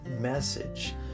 message